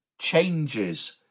changes